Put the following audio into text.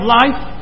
life